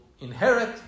inherit